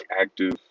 active